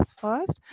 first